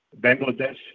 bangladesh